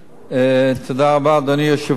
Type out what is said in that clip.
תודה רבה, אדוני היושב-ראש.